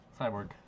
Cyborg